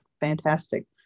Fantastic